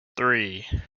three